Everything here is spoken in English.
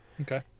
Okay